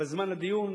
בזמן לדיון,